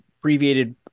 abbreviated